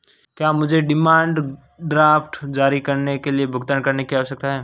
क्या मुझे demand draft जारी करने के लिए भुगतान करने की आवश्यकता है?